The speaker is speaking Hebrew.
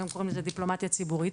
היום קוראים לזה דיפלומטיה ציבורי,